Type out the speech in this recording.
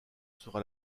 sera